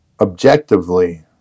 objectively